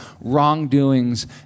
wrongdoings